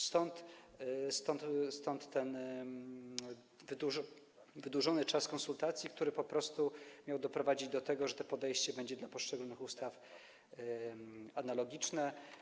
Stąd ten wydłużony czas konsultacji, który po prostu miał doprowadzić do tego, że to podejście będzie dla poszczególnych ustaw analogiczne.